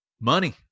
money